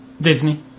Disney